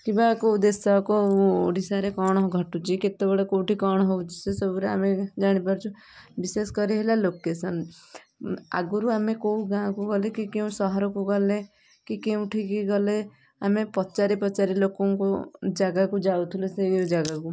କିମ୍ବା କେଉଁ ଦେଶ କେଉଁ ଓଡ଼ିଶାରେ କ'ଣ ଘଟୁଛି କେତେବେଳେ କେଉଁଠି କ'ଣ ହଉଛି ସେ ସବୁରେ ଆମେ ଜାଣିପାରୁଛୁ ବିଶେଷ କରି ହେଲା ଲୋକେସନ୍ ଆଗରୁ ଆମେ କେଉଁ ଗାଁ କୁ ଗଲେ କି କେଉଁ ସହରକୁ ଗଲେ କି କେଉଁଠି କି ଗଲେ ଆମେ ପଚାରି ପଚାରି ଲୋକଙ୍କୁ ଜାଗାକୁ ଯାଉଥିଲୁ ସେଇ ଜାଗାକୁ